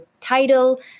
title